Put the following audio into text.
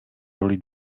roli